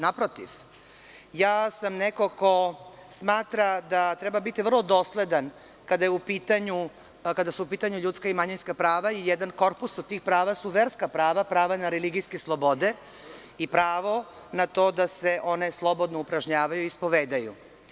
Naprotiv, ja sam neko ko smatra da treba biti vrlo dosledan kada su u pitanju ljudska i manjinska prava i jedan korpus od tih prava su verska prava, prava na religijske slobode i pravo na to da se one slobodno upražnjavaju i ispovedaju.